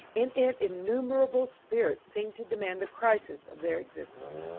in it innumerable spirits seem to demand the crisis of their existence.